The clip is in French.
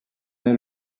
est